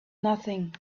nothing